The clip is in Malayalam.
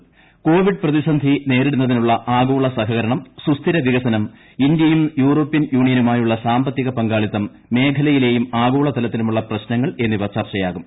യൂണിയൻ നേതൃതല കോവിഡ് പ്രതിസന്ധി നേരിടുന്നതിനുള്ള ആഗോള സഹകരണം സുസ്ഥിര വികസനം ഇന്തൃയും യൂറോപൃൻ യൂണിയനുമായുള്ള സാമ്പത്തിക പങ്കാളിത്തം മേഖലയിലെയും ആഗോള തലത്തിലുമുള്ള പ്രശ്നങ്ങൾ എന്നിവ ചർച്ചയാകും